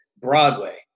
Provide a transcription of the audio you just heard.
Broadway